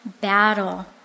battle